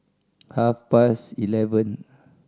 half past eleven